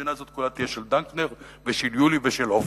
המדינה הזאת כולה תהיה של דנקנר ושל יולי ושל עופר.